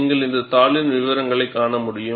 நீங்கள் தாளின் விவரங்களைக் காண முடியும்